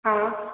हा